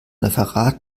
referat